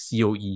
COE